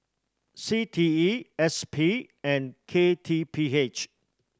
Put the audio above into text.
C T E S P and K T P H